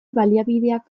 baliabideak